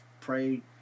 pray